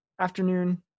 afternoon